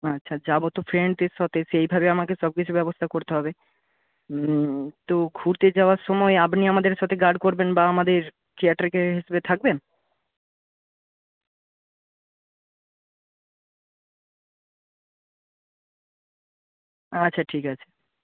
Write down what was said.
আচ্ছা যাব তো ফ্রেন্ডদের সাথে সেইভাবে আমাকে সবকিছু ব্যবস্থা করতে হবে তো ঘুরতে যাওয়ার সময় আপনি আমাদের সাথে গার্ড করবেন বা আমাদের কেয়ারটেকার হিসেবে থাকবেন আচ্ছা ঠিক আছে